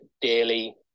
daily